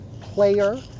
player